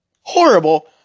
horrible